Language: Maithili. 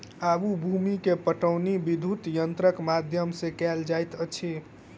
आब भूमि के पाटौनी विद्युत यंत्रक माध्यम सॅ कएल जाइत अछि